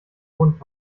bund